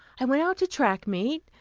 i went out to track meet,